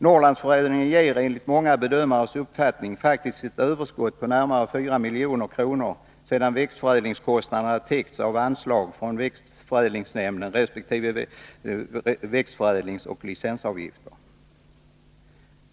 Norrlandsförädlingen ger enligt många bedömares uppfattning faktiskt ett överskott på närmare 4 milj.kr. sedan växtförädlingskostnaderna täckts av anslag från växtförädlingsnämnden resp. växtförädlingsoch licensavgifter.